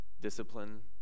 Discipline